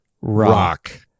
rock